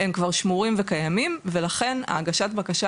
הם כבר שמורים וקיימים ולכן הגשת הבקשה